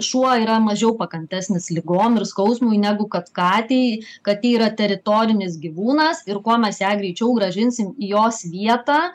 šuo yra mažiau pakantesnis ligom ir skausmui negu kad katei katė yra teritorinis gyvūnas ir kuo mes ją greičiau grąžinsim į jos vietą